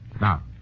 Now